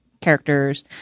characters